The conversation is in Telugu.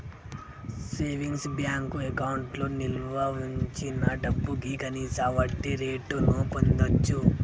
సేవింగ్స్ బ్యేంకు అకౌంట్లో నిల్వ వుంచిన డబ్భుకి కనీస వడ్డీరేటును పొందచ్చు